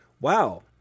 wow